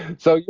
so,